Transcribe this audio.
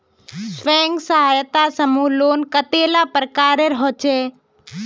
स्वयं सहायता समूह लोन कतेला प्रकारेर होचे?